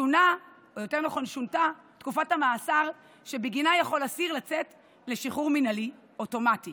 שונתה תקופת המאסר שבגינה יכול אסיר לצאת לשחרור מינהלי אוטומטי